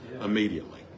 immediately